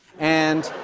and